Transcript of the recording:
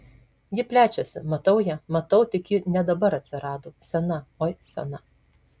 ji plečiasi matau ją matau tik ji ne dabar atsirado sena oi sena